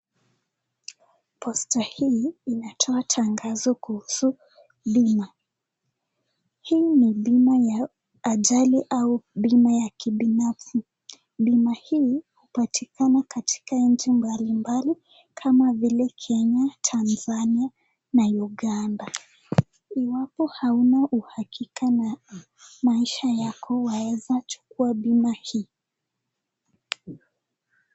Posta hii inatoa tangazo kuhusu bima. Hii ni bima ya ajali au bima ya kibinafsi. Bima hii hupatikana katika nchi mbalimbali kama vile Kenya, Tanzania na Uganda. Iwapo hauna uhakika na maisha yako waeza chukua bima hii.